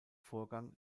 vorgang